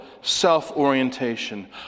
self-orientation